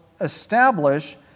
establish